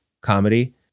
comedy